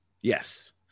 Yes